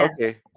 Okay